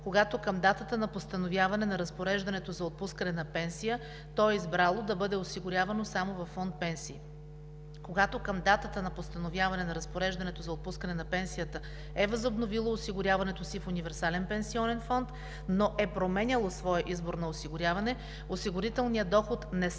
когато към датата на постановяване на разпореждането за отпускане на пенсия то е избрало да бъде осигурявано само във фонд „Пенсии“. Когато към датата на постановяване на разпореждането за отпускане на пенсията е възобновило осигуряването си в универсален пенсионен фонд, но е променяло своя избор на осигуряване, осигурителният доход не се намалява